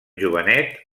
jovenet